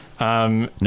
No